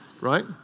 Right